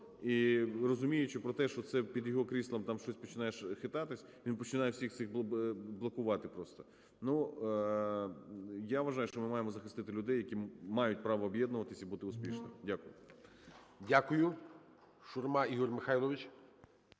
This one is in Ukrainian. і, розуміючи про те, що це під його кріслом там щось починає хитатися, він починає все це блокувати просто. Я вважаю, що ми маємо захистити людей, які мають право об'єднувати і бути успішними. Дякую.